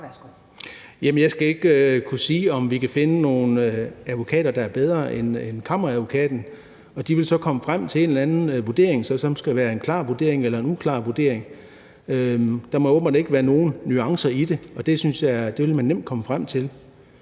Jeg skal ikke kunne sige, om vi kan finde nogen advokater, der er bedre end Kammeradvokaten. De vil så komme frem til en eller anden vurdering, som så skal være en klar vurdering eller en uklar vurdering. Der må åbenbart ikke være nogen nuancer i det, og det synes jeg man nemt ville komme frem til.